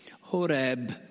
Horeb